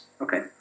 Okay